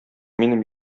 минем